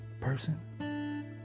person